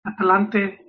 Atlante